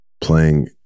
playing